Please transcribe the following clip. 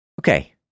Okay